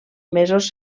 mesos